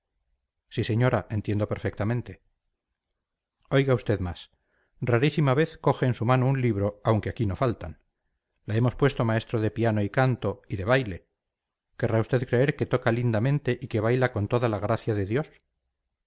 sí señora entiendo perfectamente oiga usted más rarísima vez coge en su mano un libro aunque aquí no faltan la hemos puesto maestro de piano y canto y de baile querrá usted creer que toca lindamente y que baila con toda la gracia de dios